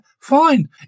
fine